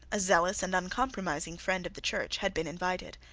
a zealous and uncompromising friend of the church, had been invited.